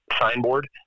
signboard